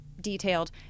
detailed